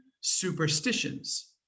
superstitions